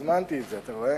הזמנתי את זה, אתה רואה?